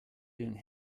doing